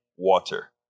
water